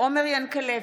עומר ינקלביץ'